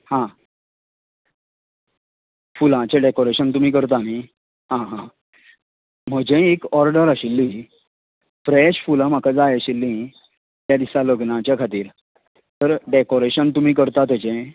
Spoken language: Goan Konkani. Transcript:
हां फुलांचें डेकाॅरेशन तुमी करतात न्ही आं आं म्हजीय एक ऑर्डर आशिल्ली फ्रेश फुलां म्हाका जाय आशिल्लीं तें दिसा लग्नाच्या खातीर तर डेकाॅरेशन तुमी करतात तेजें